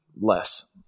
less